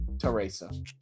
Teresa